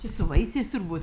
čia su vaisiais turbūt